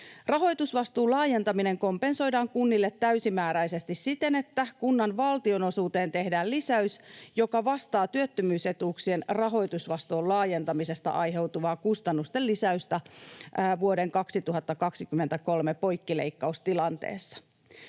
Rahoitusvastuun laajentaminen kompensoidaan kunnille täysimääräisesti siten, että kunnan valtionosuuteen tehdään lisäys, joka vastaa työttömyysetuuksien rahoitusvastuun laajentamisesta aiheutuvaa kustannusten lisäystä vuoden 2023 poikkileikkaustilanteessa.